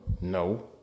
no